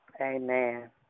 amen